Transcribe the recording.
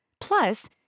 Plus